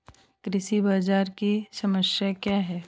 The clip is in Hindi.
कृषि बाजार की समस्या क्या है?